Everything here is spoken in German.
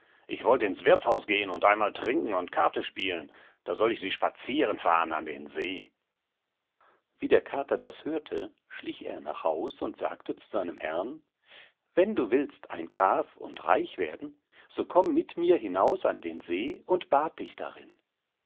ich wollt ins wirthshaus gehen und einmal trinken und karte spielen da soll ich sie spazieren fahren an den see wie der kater das hörte schlich er nach haus und sagte zu seinem herrn wenn du willst ein graf und reich werden so komm mit mir hinaus an den see und bad dich darin